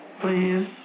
Please